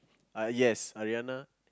uh yes Ariana